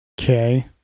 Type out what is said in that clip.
Okay